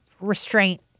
restraint